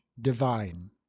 divine